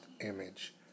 image